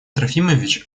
трофимович